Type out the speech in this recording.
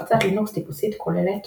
הפצת לינוקס טיפוסית כוללת